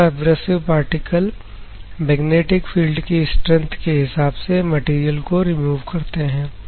यह abrasive particle magnetic field की strength के हिसाब से मटेरियल को रिमूव करते हैं